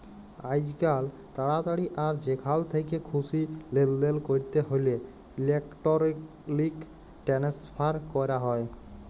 আইজকাল তাড়াতাড়ি আর যেখাল থ্যাকে খুশি লেলদেল ক্যরতে হ্যলে ইলেকটরলিক টেনেসফার ক্যরা হয়